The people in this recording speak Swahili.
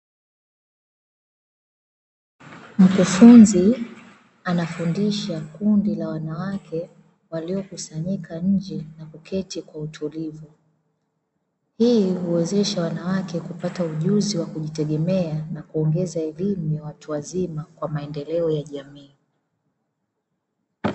Mkufunzi anafundisha kundi la wanawake waliokusanyika nje na kuketi kwa utulivu, hii huwezesha wanawake kupata ujuzi wa kujitegemea na kuongeza elimu ya watu wazima kwa maendeleo ya jamii.